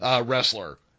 wrestler